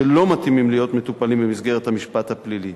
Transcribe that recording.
שלא מתאימים להיות מטופלים במסגרת המשפט הפלילי.